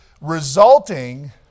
Resulting